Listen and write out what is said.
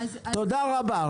תודה רבה.